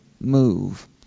move